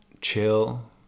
chill